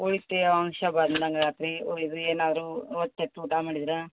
ಹುಳಿ ತೇವಾಂಶ ಬಂದಾಗೆ ಆಗತ್ತೆ ರೀ ಏನಾದ್ರು ಹೊಟ್ಟೆಸ್ತ್ ಊಟ ಮಾಡಿದ್ರೆ